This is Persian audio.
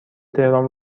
تهران